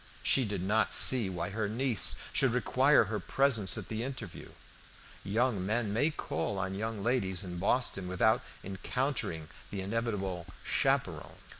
she did not see why her niece should require her presence at the interview young men may call on young ladies in boston without encountering the inevitable chaperon,